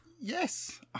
yes